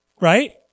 Right